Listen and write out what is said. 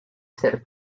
ser